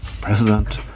President